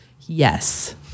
yes